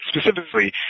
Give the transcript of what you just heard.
specifically